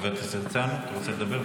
חבר הכנסת הרצנו, אתה רוצה לדבר?